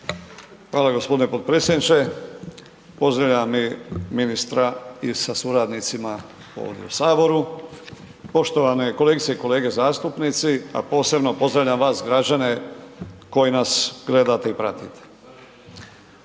Hvala gospodine potpredsjedniče. Pozdravljam i ministra sa suradnicima ovdje u saboru. Poštovane kolegice i kolege zastupnici, a posebno pozdravljam vas građane koji nas gledate i pratite.